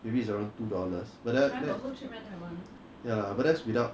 maybe is around two dollars but that [one] ya but without